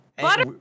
Butter